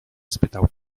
spytał